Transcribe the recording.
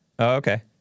okay